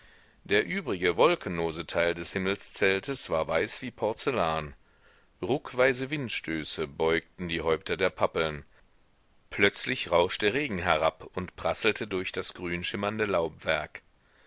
der übrige wolkenlose teil des himmelszeltes war weiß wie porzellan ruckweise windstöße beugten die häupter der pappeln plötzlich rauschte regen herab und prasselte durch das grünschimmernde laubwerk